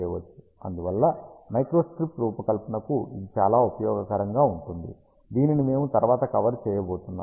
అందువల్ల మైక్రోస్ట్రిప్ రూపకల్పనకు ఇది చాలా ఉపయోగకరంగా ఉంటుంది దీనిని మేము తరువాత కవర్ చేయబోతున్నాము